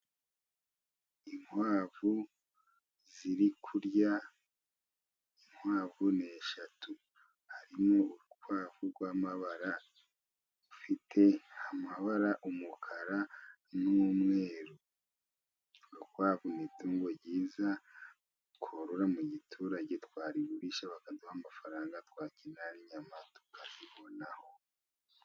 Inkwavu ziri kurya, inkwavu ni eshatu, harimo urukwavu rw'amabara, rufite amabara umukara n'umweru, urukwavu ni itungo ryiza, korora mu giturage twarigurisha bakaduha amafaranga, twakenera n'inyama tukazibonaho.